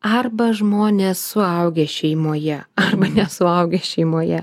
arba žmonės suaugę šeimoje arba nesuaugę šeimoje